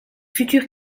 futur